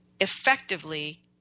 effectively